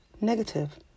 negative